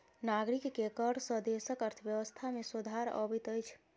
नागरिक के कर सॅ देसक अर्थव्यवस्था में सुधार अबैत अछि